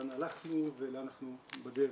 לאן הלכנו ולאן אנחנו בדרך.